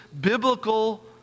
biblical